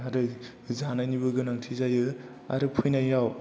आरो जानायनिबो गोनांथि जायो आरो फैनायाव